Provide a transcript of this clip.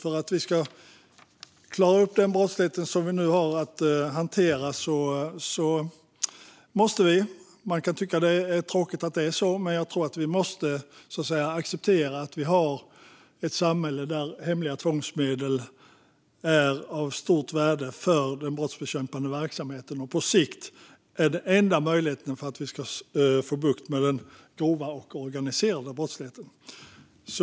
Om vi ska klara upp den brottslighet som vi nu har att hantera tror jag att vi måste - fast man kan tycka att det är tråkigt att det är så - acceptera att vi har ett samhälle där hemliga tvångsmedel är av stort värde för den brottsbekämpande verksamheten. På sikt är det den enda möjligheten för att vi ska få bukt med den grova och organiserade brottsligheten.